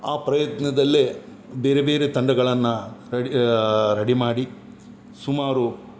ಆ ಪ್ರಯತ್ನದಲ್ಲೆ ಬೇರೆ ಬೇರೆ ತಂಡಗಳನ್ನು ರೆಡಿ ರೆಡಿ ಮಾಡಿ ಸುಮಾರು